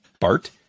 Bart